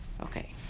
Okay